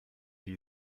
die